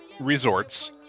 resorts